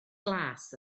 glas